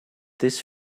this